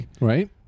Right